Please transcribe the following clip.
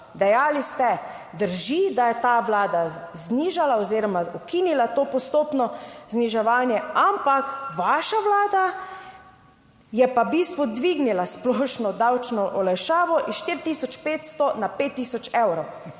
dejali ste: drži, da je ta Vlada znižala oziroma ukinila to postopno zniževanje, ampak vaša Vlada je pa v bistvu dvignila splošno davčno olajšavo s 4 tisoč 500 na